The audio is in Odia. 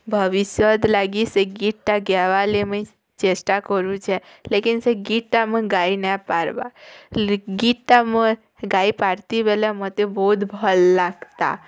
ଭବିଷ୍ୟତ୍ ଲାଗି ସେ ଗୀତ୍ଟା ଗାଏବାଲାଗି ମୁଁ ଚେଷ୍ଟା କରୁଛେ ଲେକିନ୍ ସେ ଗୀତଟା ମୁଇଁ ଗାଇ ନାଇ ପାର୍ବା ଗୀତ୍ଟା ଗାଇ ପାର୍ତି ବୋଲେ ମୋତେ ବହୁତ୍ ଭଲ୍ ଲାଗ୍ତା